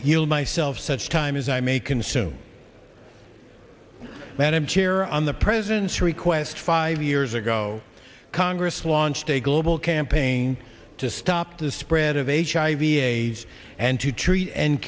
yield myself such time as i may consume madam chair on the president's request five years ago congress launched a global campaign to stop the spread of hiv aids and to treat and